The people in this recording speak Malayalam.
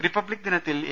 റിപ്പബ്ലിക് ദിനത്തിൽ എ